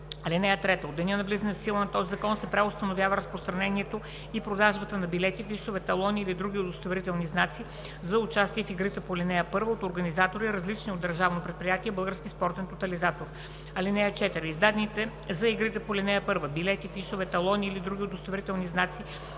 игра. (3) От деня на влизането в сила на този закон се преустановява разпространението и продажбата на билети, фишове, талони или други удостоверителни знаци за участие в игрите по ал. 1 от организатори, различни от Държавно предприятие „Български спортен тотализатор“. (4) Издадените за игрите по ал. 1 билети, фишове, талони или други удостоверителни знаци,